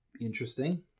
interesting